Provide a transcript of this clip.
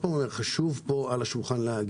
חשוב להגיד פה על השולחן,